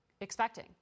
expecting